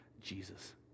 Jesus